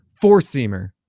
four-seamer